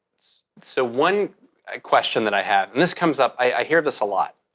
so, one question that i have and this comes up, i hear this a lot.